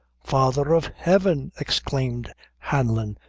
father of heaven! exclaimed hanlon,